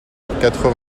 quatre